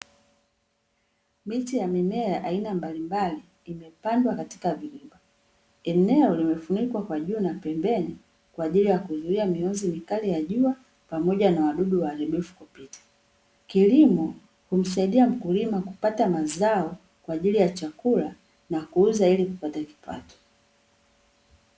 Miche ya mimea aina mbalimbali, imepandwa katika vijumba . Eneo lililofuni kwa juu na pembeni, kwa ajili ya kuzuia mionzi mikali ya jua, pamoja na wadudu waharibifu kupita. Kilimo humsaidia mkulima kupata mazao, kwa ajili ya chakula na kuuza ili kupata kipato.